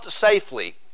safely